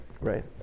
Right